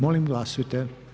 Molim glasujte.